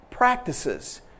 practices